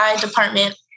department